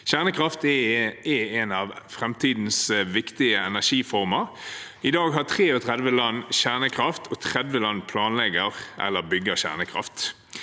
Kjernekraft er en av framtidens viktige energiformer. I dag har 33 land kjernekraft, og 30 land planlegger eller